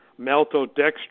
maltodextrin